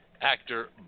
Actor